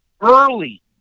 early